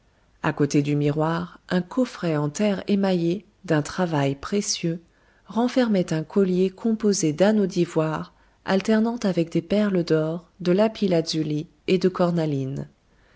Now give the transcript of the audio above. à côté du miroir un coffret en terre émaillée d'un travail précieux renfermait un collier composé d'anneaux d'ivoire alternant avec des perles d'or de lapis-lazuli et de cornaline